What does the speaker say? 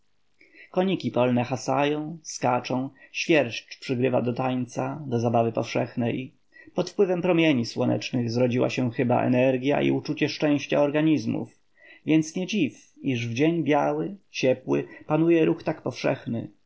koniki polne hasają skaczą świerszcz przygrywa do tańca do zabawy powszechnej pod wpływem promieni słonecznych zrodziła się chyba energia i uczucie szczęścia organizmów więc nie dziw iż w dzień biały ciepły panuje ruch tak powszechny